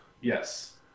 Yes